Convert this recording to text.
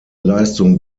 leistung